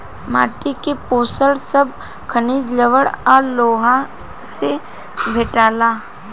माटी के पोषण सब खनिज, लवण आ लोहा से भेटाला